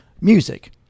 music